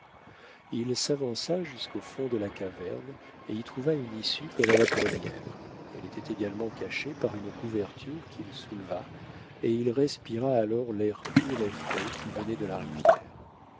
il s'avança jusqu'au fond de la caverne et il y trouva une issue comme à la première elle était également cachée par une couverture qu'il souleva et il respira alors l'air pur et frais qui venait de la rivière